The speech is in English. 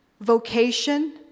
vocation